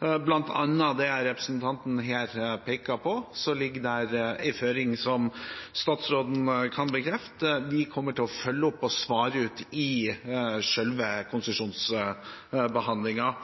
det, som representanten her peker på, inne en føring som statsråden kan bekrefte at vi kommer til å følge opp og svare ut i selve konsesjonsbehandlingen.